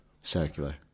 Circular